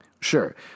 Sure